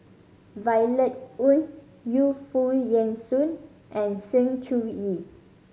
Violet Oon Yu Foo Yen Shoon and Sng Choon Yee